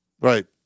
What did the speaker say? right